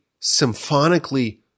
symphonically